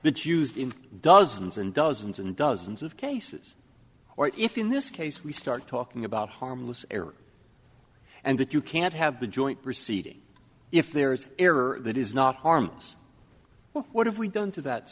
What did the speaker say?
that used in dozens and dozens and dozens of cases or if in this case we start talking about harmless error and that you can't have the joint proceeding if there is an error that is not harm us well what have we done to that